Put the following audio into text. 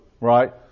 right